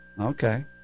Okay